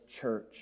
church